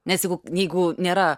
nes jeigu jeigu nėra